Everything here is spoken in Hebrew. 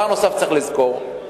צריך לזכור דבר נוסף,